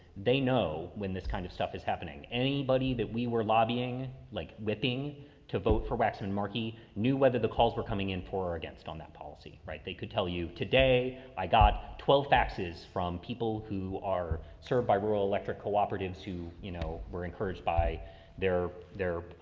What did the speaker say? they know when this kind of stuff is happening. anybody that we were lobbying, like whipping to vote for waxman, markey knew whether the calls were coming in for or against on that policy, right? they could tell you today i got twelve faxes from people who are served by rural electric cooperatives who, you know, we're encouraged by their, their, ah,